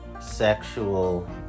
sexual